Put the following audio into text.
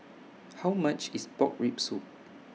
How much IS Pork Rib Soup